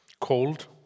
cold